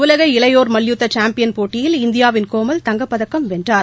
உலக இளையோர் மல்யுத்தசாம்பியன் போட்டியில் இந்தியாவின் கோமல் தங்கப்பதக்கம் வென்றார்